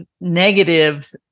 negative